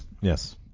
Yes